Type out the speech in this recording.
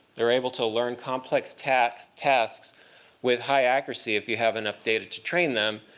they're able to learn complex tasks tasks with high accuracy if you have enough data to train them,